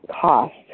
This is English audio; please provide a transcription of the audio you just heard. cost